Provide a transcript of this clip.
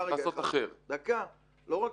אני לא קולט